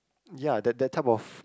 ya that that type of